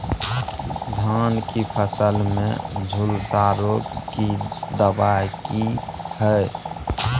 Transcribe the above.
धान की फसल में झुलसा रोग की दबाय की हय?